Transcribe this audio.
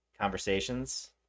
conversations